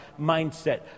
mindset